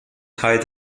teil